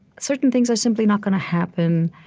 certain things are simply not going to happen.